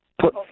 put